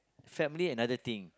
family another thing